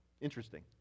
Interesting